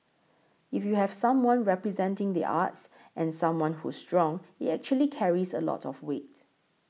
if you have someone representing the arts and someone who's strong it actually carries a lot of weight